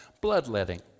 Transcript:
bloodletting